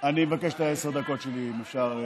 אני אבקש את עשר הדקות שלי, אם אפשר.